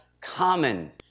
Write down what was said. common